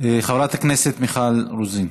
חברת הכנסת מיכל רוזין,